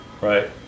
Right